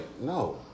no